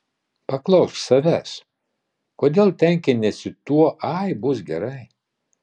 paklausk savęs kodėl tenkiniesi tuo ai bus gerai